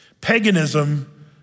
Paganism